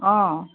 অঁ